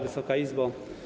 Wysoka Izbo!